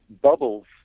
bubbles